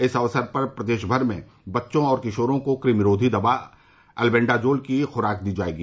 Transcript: इस अवसर पर प्रदेशभर में बच्चों और किशोरो को क़मिरोधी दवा अल्बेंडाजोल की खुराक दी जायेगी